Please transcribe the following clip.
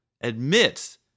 admits